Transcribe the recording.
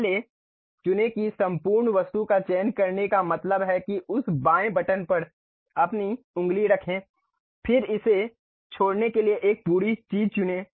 पहले चुनें कि संपूर्ण वस्तु का चयन करने का मतलब है कि उस बाएं बटन पर अपनी उंगली रखें फिर इसे छोड़ने के लिए एक पूरी चीज़ चुनें